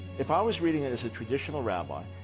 if i was reading it as a traditional rabbi.